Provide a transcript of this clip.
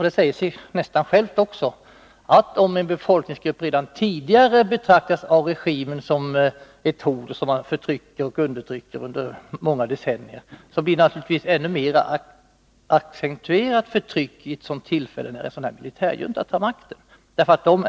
Det säger sig ju nästan självt, att om regimen redan tidigare har betraktat en befolkningsgrupp som ett hot och därför förtryckt och undertryckt den under många decennier, så blir naturligtvis förtrycket ännu mer accentuerat när en militärjunta som denna tar makten.